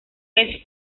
vez